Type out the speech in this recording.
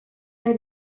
her